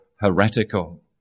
heretical